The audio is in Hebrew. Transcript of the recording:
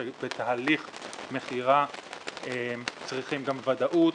שבתהליך מכירה צריכים גם ודאות,